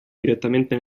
direttamente